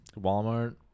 Walmart